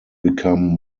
become